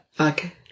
Okay